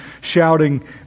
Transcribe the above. shouting